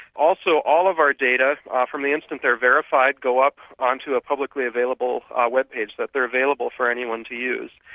also all of our data ah from the instant they're verified, go up onto a publicly-available web page, that they're available for anyone to use.